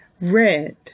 red